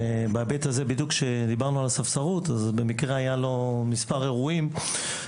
דיברנו על ספסרות, והיו לו מספר אירועים.